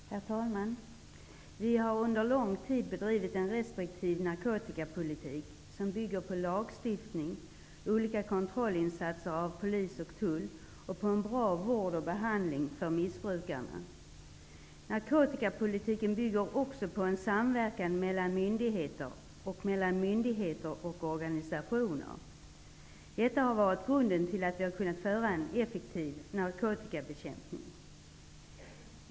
Herr talman! Vi har under lång tid bedrivit en restriktiv narkotikapolitik, som bygger på lagstiftning, olika kontrollinsatser av polis och tull och på en bra vård och behandling för missbrukarna. Narkotikapolitiken bygger också på en samverkan mellan myndigheter och mellan myndigheter och organisationer. Detta har varit grunden till att vi har kunnat utföra en effektiv narkotikabekämpning.